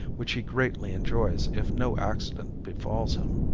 which he greatly enjoys if no accident befalls him.